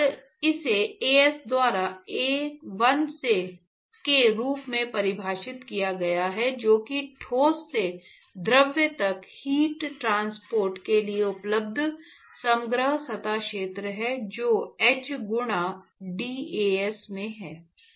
और इसे As द्वारा 1 के रूप में परिभाषित किया गया है जो कि ठोस से द्रव तक हीट ट्रांसपोर्ट के लिए उपलब्ध समग्र सतह क्षेत्र है जो h गुना dAs में है